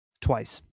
Twice